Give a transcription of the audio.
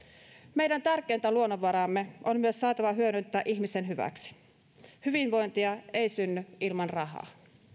meidän tärkeintä luonnonvaraamme on myös saatava hyödyntää ihmisen hyväksi hyvinvointia ei synny ilman rahaa